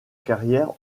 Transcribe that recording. carrière